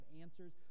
answers